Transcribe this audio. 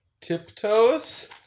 tiptoes